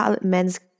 men's